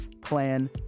plan